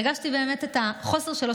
הרגשתי באמת את החוסר שלו,